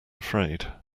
afraid